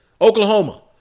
Oklahoma